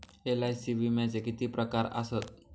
LIC विम्याचे किती प्रकार आसत?